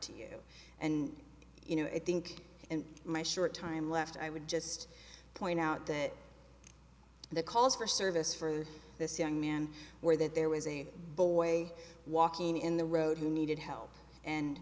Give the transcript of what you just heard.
to you and you know i think in my short time left i would just point out that the calls for service for this young man or that there was a boy walking in the road who needed help and